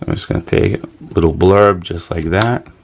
i'm just gonna take a little blurb just like that,